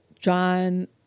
John